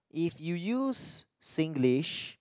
if you use Singlish